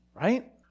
right